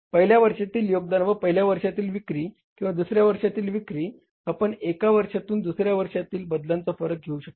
पहिल्या वर्षातील योगदान व पहिल्या वर्षातील विक्री किंवा दुसऱ्या वर्षातील विक्री आपण एका वर्षातून दुसऱ्यावर्षातील बदलांचा फरक घेऊ शकता